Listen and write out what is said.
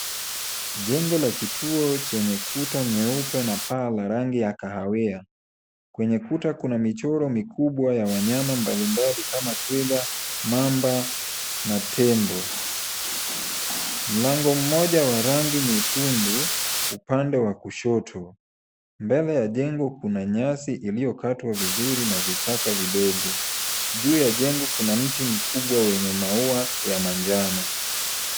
Jengo lenye kituo chenye kuta nyeupe na paa la rangi ya kahawia. Kwenye kuta kuna michoro ya rangi ya wanyama mbalimbali kama twiga, mamba na tembo. Mlango mmoja wa rangi nyekundu, upande wa kushoto. Mbele ya jengo kuna nyasi iliyokatwa vizuri na vichaka vidogo. Juu ya jengo kuna mti mkubwa wenye maua ya manjano.